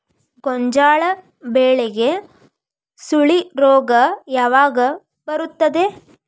ಗೋಂಜಾಳ ಬೆಳೆಗೆ ಸುಳಿ ರೋಗ ಯಾವಾಗ ಬರುತ್ತದೆ?